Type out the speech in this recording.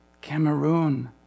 Cameroon